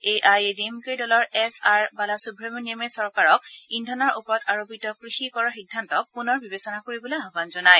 AI A D M K দলৰ S R Bala সুৱমনিয়ামে চৰকাৰক ইন্ধনৰ ওপৰত আৰোপিত কৃষি কৰৰ সিদ্ধান্তক পনৰ বিবেচনা কৰিবলৈ আহান জনায়